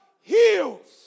heals